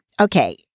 Okay